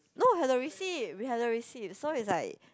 no have the receipt we have the receipt so is like